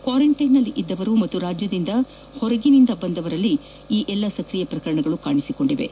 ಕ್ಷಾರಂಟ್ಲೆನ್ನಲ್ಲಿದ್ದವರು ಮತ್ತು ರಾಜ್ಲದಿಂದ ಹೊರಗಿನಿಂದ ಬಂದವರಲ್ಲಿ ಈ ಎಲ್ಲಾ ಸಕ್ರಿಯ ಪ್ರಕರಣಗಳು ಕಾಣಿಸಿಕೊಂಡಿವೆ